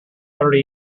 thirty